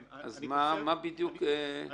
אז מה כן צריך להכניס פה?